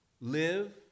Live